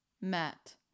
met